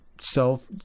self